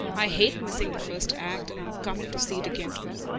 i hate missing the first act, and i'm coming to see it again to-morrow.